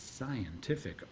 scientific